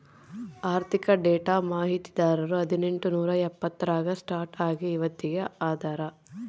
ಆರ್ಥಿಕ ಡೇಟಾ ಮಾಹಿತಿದಾರರು ಹದಿನೆಂಟು ನೂರಾ ಎಪ್ಪತ್ತರಾಗ ಸ್ಟಾರ್ಟ್ ಆಗಿ ಇವತ್ತಗೀ ಅದಾರ